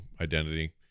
identity